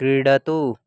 क्रीडतु